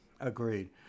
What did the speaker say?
Agreed